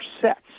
sets